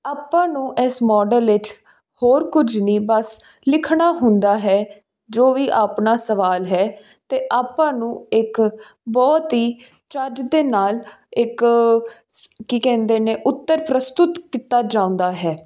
ਆਪਾਂ ਨੂੰ ਇਸ ਮੋਡਲ ਵਿੱਚ ਹੋਰ ਕੁਝ ਨਹੀਂ ਬਸ ਲਿਖਣਾ ਹੁੰਦਾ ਹੈ ਜੋ ਵੀ ਆਪਣਾ ਸਵਾਲ ਹੈ ਅਤੇ ਆਪਾਂ ਨੂੰ ਇੱਕ ਬਹੁਤ ਹੀ ਚੱਜ ਦੇ ਨਾਲ ਇੱਕ ਸ ਕੀ ਕਹਿੰਦੇ ਨੇ ਉੱਤਰ ਪ੍ਰਸਤੁਤ ਕੀਤਾ ਜਾਂਦਾ ਹੈ